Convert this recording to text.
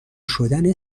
شدن